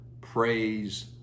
praise